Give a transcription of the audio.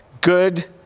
good